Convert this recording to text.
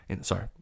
sorry